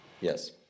Yes